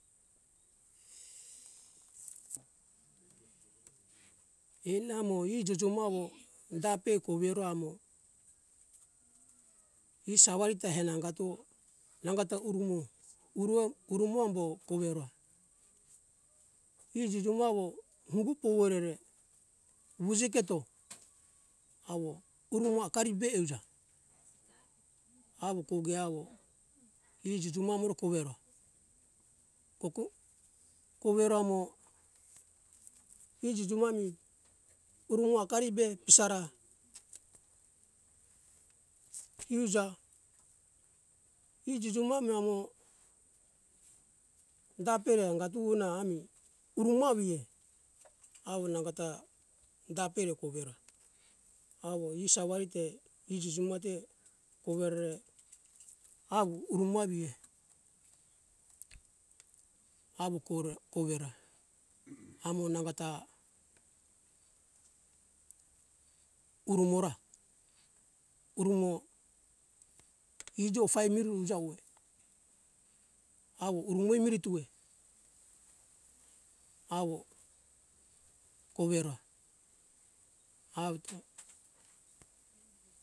Enamo e jujumu awo dape kowero amo e sawari ta henangato nangota urumu uruo urumu ambo kowero e jujumu awo ungo puworere wuji keto awo urumu akari be iuja awo koge awo e jujumu amuru kowero koko kowera mo e jujumu ami kurumu akari be pisara iuja e jujumu amo dapera angatu na ami uruma wie awo nangota dape ra kowera awo e sawari te jujuma te kowere amu uruma wie awo kore kowera amo nangota urumora urumo iji ofai miru uja uwe awo urumo mire tuwe awo kowero awito